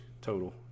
total